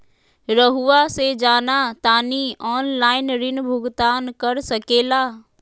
रहुआ से जाना तानी ऑनलाइन ऋण भुगतान कर सके ला?